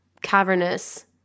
cavernous